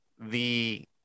the-